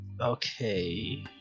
Okay